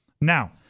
Now